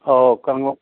ꯑꯧ ꯀꯥꯡꯍꯧ